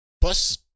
Plus